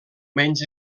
menys